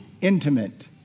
intimate